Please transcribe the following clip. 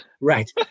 right